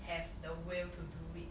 have the will to do it